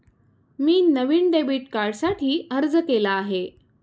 मी नवीन डेबिट कार्डसाठी अर्ज केला आहे